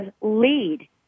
lead